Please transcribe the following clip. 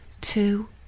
two